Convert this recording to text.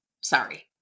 sorry